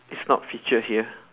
it's not featured here